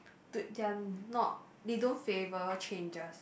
dude they are not they don't favour changes